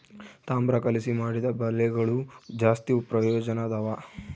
ತಾಮ್ರ ಕಲಿಸಿ ಮಾಡಿದ ಬಲೆಗಳು ಜಾಸ್ತಿ ಪ್ರಯೋಜನದವ